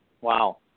wow